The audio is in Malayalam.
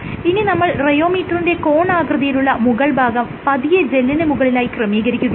ഇനി നമ്മൾ റിയോമീറ്ററിന്റെ കോണാകൃതിയുള്ള മുകൾ ഭാഗം പതിയെ ജെല്ലിന് മുകളിലായി ക്രമീകരിക്കുകയാണ്